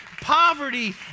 poverty